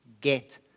Get